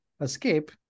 escape